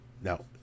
Now